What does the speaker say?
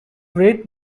great